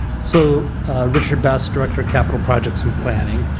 so richard best director capital projects and planning,